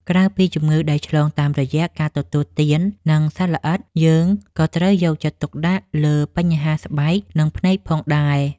ក្រៅពីជំងឺដែលឆ្លងតាមរយៈការទទួលទាន និងសត្វល្អិត យើងក៏ត្រូវយកចិត្តទុកដាក់លើបញ្ហាស្បែក និងភ្នែកផងដែរ។